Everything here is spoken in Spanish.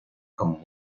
con